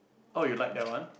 oh you like that one